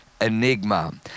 enigma